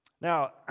Now